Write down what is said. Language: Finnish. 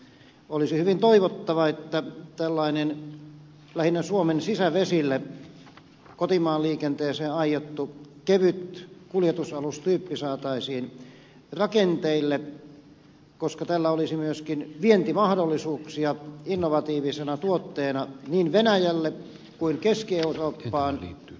olisi hyvin toivottavaa että tällainen lähinnä suomen sisävesille kotimaan liikenteeseen aiottu kevyt kuljetusalustyyppi saataisiin rakenteille koska tällä olisi myöskin vientimahdollisuuksia innovatiivisena tuotteena niin venäjälle kuin keski eurooppaan